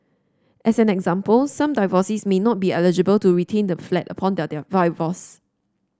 as an example some divorcees may not be eligible to retain the flat upon